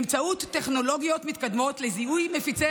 באמצעות טכנולוגיות מתקדמות לזיהוי מפיצי